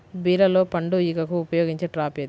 బీరలో పండు ఈగకు ఉపయోగించే ట్రాప్ ఏది?